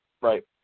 Right